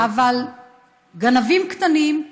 אבל גנבים קטנים,